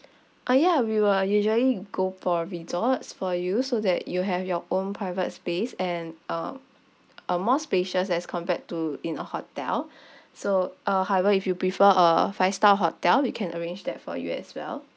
uh ya we will usually go for resorts for you so that you have your own private space and um uh more spacious as compared to in a hotel so uh however if you prefer a five star hotel we can arrange that for you as well